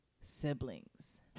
siblings